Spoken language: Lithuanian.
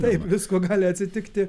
taip visko gali atsitikti